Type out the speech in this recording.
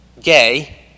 gay